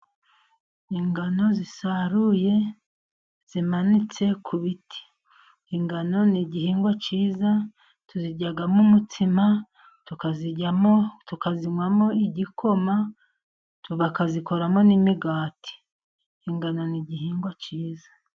Ingano zisaruye zimanitse ku biti. ingano ni igihingwa cyiza , tuziryamo umutsima tukazinywamo igikoma bakazikoramo n'imigati. Ingano n'igihingwa cyiza.